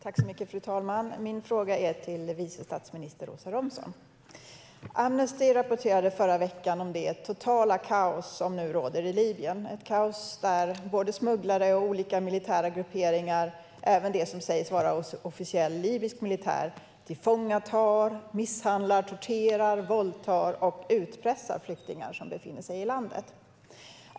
Fru talman! Min fråga är till vice statsminister Åsa Romson. Amnesty rapporterade i förra veckan om det totala kaos som nu råder i Libyen. Det är ett kaos där både smugglare och olika militära grupperingar - även det som sägs vara officiell libysk militär - tillfångatar, misshandlar, torterar, våldtar och utpressar flyktingar som befinner sig i landet.